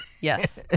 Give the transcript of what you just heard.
Yes